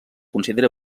considera